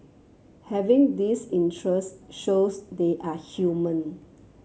having this interest shows they are human